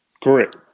correct